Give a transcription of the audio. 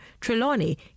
Trelawney